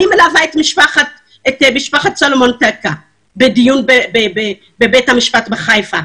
אני מלווה את משפחת סלומון טקה בדיון בבית המשפט בחיפה.